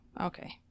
okay